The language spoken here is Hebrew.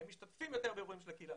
הם משתתפים יותר באירועים של הקהילה.